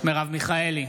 מרב מיכאלי,